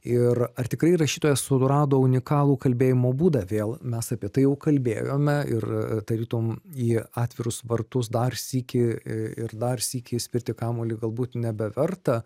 ir ar tikrai rašytoja surado unikalų kalbėjimo būdą vėl mes apie tai jau kalbėjome ir tarytum į atvirus vartus dar sykį ir dar sykį spirti kamuolį galbūt nebeverta